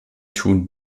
tun